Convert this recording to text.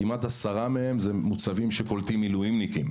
כמעט עשרה מהם אלה מוצבים שקולטים מילואימניקים,